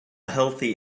healthy